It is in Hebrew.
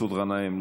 מסעוד גנאים,